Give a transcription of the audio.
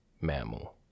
mammal